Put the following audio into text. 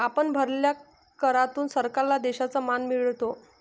आपण भरलेल्या करातून सरकारला देशाचा मान मिळतो